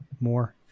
more